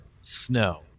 snow